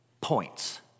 points